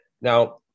Now